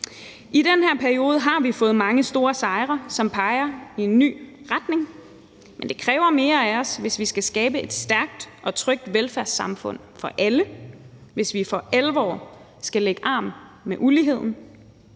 I den her periode har vi fået mange store sejre, som peger i en ny retning, men det kræver mere af os, hvis vi skal skabe et stærkt og trygt velfærdssamfund for alle og vi for alvor skal lægge arm med uligheden.